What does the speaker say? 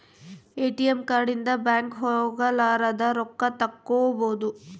ATM card ಇಂದ bank ಹೋಗಲಾರದ ರೊಕ್ಕ ತಕ್ಕ್ಕೊಬೊದು